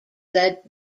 that